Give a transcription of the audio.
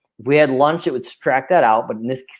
we had lunch it would so track that out but ah